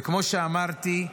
וכמו שאמרתי,